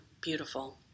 beautiful